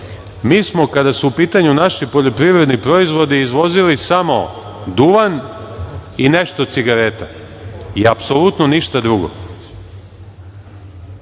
mi smo kada su u pitanju naši poljoprivredni proizvodi izvozili samo duvan i nešto cigareta i apsolutno ništa drugo,